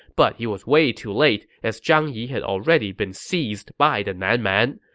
but he was way too late as zhang yi had already been seized by the nan man